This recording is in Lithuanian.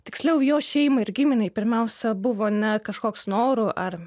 tiksliau jo šeimai ir giminei pirmiausia buvo ne kažkoks norų ar